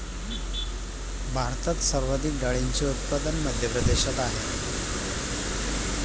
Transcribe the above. भारतात सर्वाधिक डाळींचे उत्पादन मध्य प्रदेशात आहेत